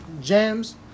jams